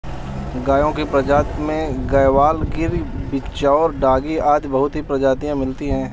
गायों की प्रजाति में गयवाल, गिर, बिच्चौर, डांगी आदि बहुत सी प्रजातियां मिलती है